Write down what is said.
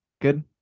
good